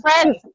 friends